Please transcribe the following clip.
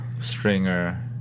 Stringer